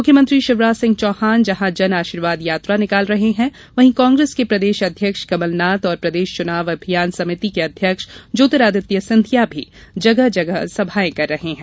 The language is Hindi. मुख्यमंत्री शिवराज सिंह चौहान जहां जन आशीर्वाद यात्रा निकाल रहे हैं वहीं कांग्रेस के प्रदेश अध्यक्ष कमलनाथ और प्रदेश चुनाव अभियान समिति के अध्यक्ष ज्योतिरादित्य सिंधिया भी जगह जगह सभाएं कर रहे हैं